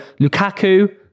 Lukaku